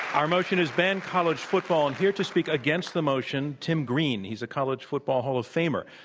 our motion is ban college football, and here to speak against the motion, tim green. he's a college football hall of famer,